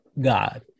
god